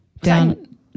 Down